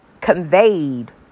conveyed